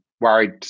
worried